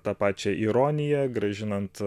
tą pačią ironiją grąžinant